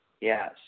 Yes